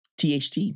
THT